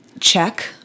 check